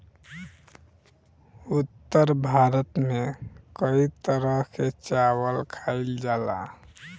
उत्तर भारत में कई तरह के चावल खाईल जाला